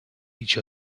each